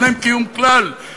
אין להם קיום כלל,